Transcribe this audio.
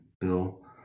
Bill